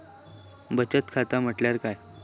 बचत खाता म्हटल्या काय?